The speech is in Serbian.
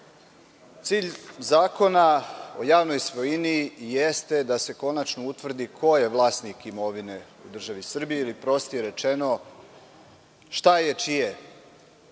Zakona o javnoj svojini jeste da se konačno utvrdi ko je vlasnik imovine u državi Srbiji ili, prostije rečeno, šta je čije.